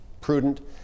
prudent